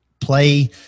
Play